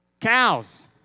cows